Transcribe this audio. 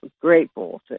grateful